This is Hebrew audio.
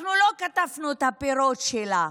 אנחנו לא קטפנו את הפירות שלה.